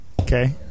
Okay